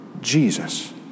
Jesus